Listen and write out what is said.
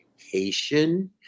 education